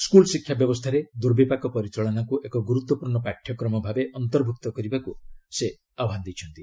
school ଶିକ୍ଷା ବ୍ୟବସ୍ଥାରେ ଦୁର୍ବିପାକ ପରିଚାଳନାକୁ ଏକ ଗୁରୁତ୍ୱପୂର୍ଣ୍ଣ ପାଠ୍ୟକ୍ରମ ଭାବେ ଅନ୍ତର୍ଭୁକ୍ତ କରିବାକୁ ସେ ଆହ୍ୱାନ ଦେଇଛନ୍ତି